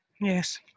Yes